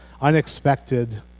unexpected